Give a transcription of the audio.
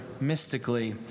mystically